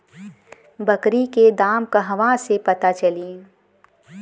बकरी के दाम कहवा से पता चली?